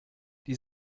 die